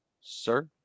sir